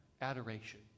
adoration